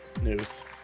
News